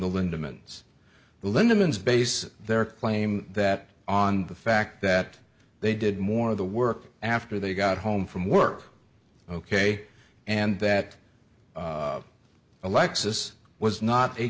it's the lindemann xbase their claim that on the fact that they did more of the work after they got home from work ok and that alexis was not a